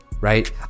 right